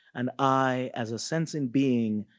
and i, as a sensing being,